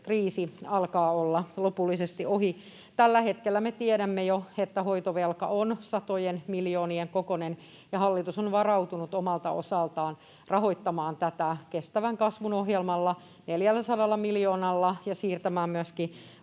kriisi alkaa olla lopullisesti ohi. Tällä hetkellä me tiedämme jo, että hoitovelka on satojen miljoonien kokoinen, ja hallitus on varautunut omalta osaltaan rahoittamaan tätä kestävän kasvun ohjelmalla, 400 miljoonalla, ja siirtämään myöskin